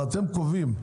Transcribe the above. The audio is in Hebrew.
אבל אתם קובעים,